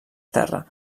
terra